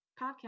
podcast